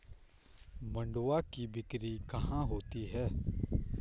मंडुआ की बिक्री कहाँ होती है?